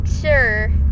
sure